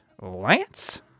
Lance